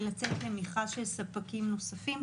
ולצאת למרכז של ספקים נוספים.